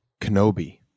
Kenobi